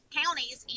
counties